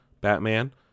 Batman